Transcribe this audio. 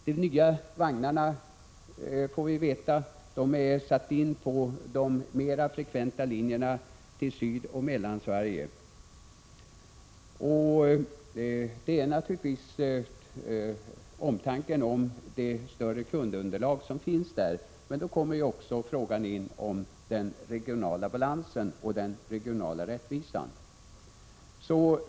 De nya vagnarna, får vi veta, har satts in på de mer frekventerade linjerna till Sydoch Mellansverige. Det beror naturligtvis på omtanken om det större kundunderlag som finns där. Men då kommer också frågan in om den regionala balansen och den regionala rättvisan.